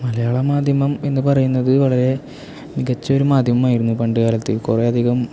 മലയാളം മാധ്യമം എന്ന് പറയുന്നത് വളരെ മികച്ച ഒരു മാധ്യമമായിരുന്നു പണ്ടുകാലത്ത് കുറെയധികം